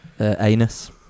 anus